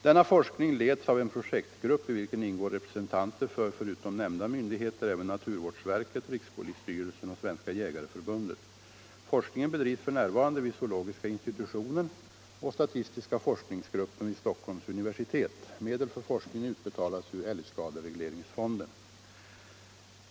Denna forskning leds av en projektgrupp, i vilken ingår representanter för, förutom nämnda myndigheter, även naturvårdsverket, rikspolisstyrelsen och Svenska jägareförbundet. Forskningen bedrivs f. n. vid zoologiska institutionen och statistiska forskningsgruppen vid Stockholms universitet. Medel för forskningen utbetalas ur älgskaderegleringsfonden.